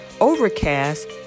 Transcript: Overcast